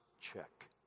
check